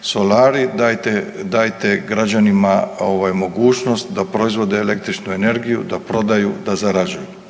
solari dajte građanima mogućnost da proizvode električnu energiju, da prodaju, da zarađuju.